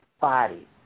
body